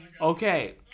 Okay